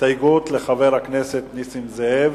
הסתייגות לחבר הכנסת נסים זאב,